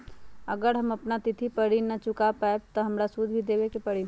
अगर हम अपना तिथि पर ऋण न चुका पायेबे त हमरा सूद भी देबे के परि?